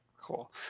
Cool